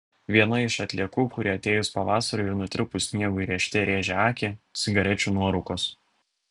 viena iš atliekų kuri atėjus pavasariui ir nutirpus sniegui rėžte rėžia akį cigarečių nuorūkos